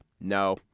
No